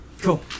Cool